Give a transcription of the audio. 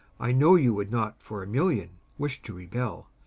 i know you would not for a million wish to rebel